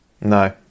No